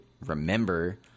remember